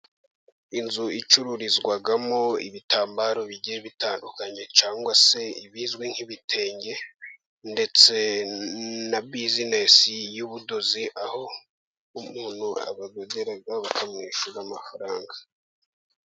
Inzu icururizwamo ibitambaro bigiye bitandukanye cyangwa se ibizwi nk'ibitenge, ndetse na bizinesi y'ubudozi aho umuntu abadodera bakamwishyura amafaranga.